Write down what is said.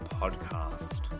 podcast